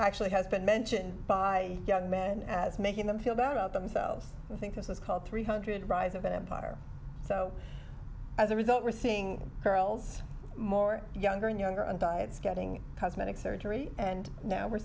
actually has been mentioned by young men as making them feel better about themselves i think this is called three hundred rise of an empire so as a result we're seeing girls more younger and younger and diets getting cosmetic surgery and now we're